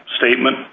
statement